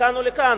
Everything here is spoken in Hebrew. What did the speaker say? לכאן או לכאן,